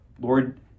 Lord